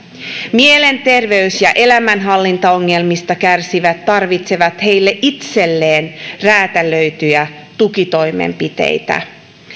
mielenterveys ja elämänhallintaongelmista kärsivät tarvitsevat heille itselleen räätälöityjä tukitoimenpiteitä